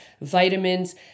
vitamins